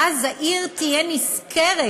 ואז העיר תצא נשכרת,